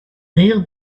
rire